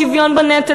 שוויון בנטל,